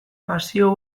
pasio